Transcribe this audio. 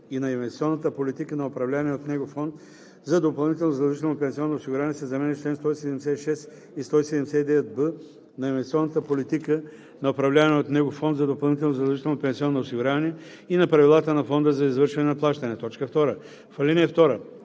и на инвестиционната политика на управлявания от него фонд за допълнително задължително пенсионно осигуряване“ се заменят с „чл. 176 и 179б, на инвестиционната политика на управлявания от него фонд за допълнително задължително пенсионно осигуряване и на правилата на фонда за извършване на плащания“. 2. В ал.